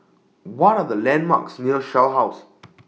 What Are The landmarks near Shell House